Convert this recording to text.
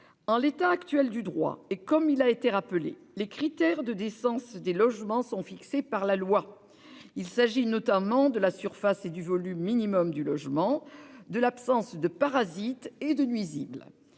En l'état actuel du droit, cela a été rappelé, les critères de décence des logements sont fixés par la loi. Il s'agit notamment de la surface et du volume minimum du logement, de l'absence de parasites et de nuisibles.